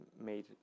made